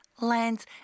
lands